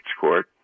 Court